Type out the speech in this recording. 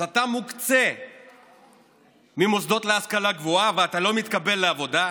אז אתה מוקצה ממוסדות להשכלה גבוהה ואתה לא מתקבל לעבודה?